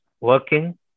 working